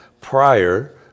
prior